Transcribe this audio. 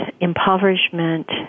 impoverishment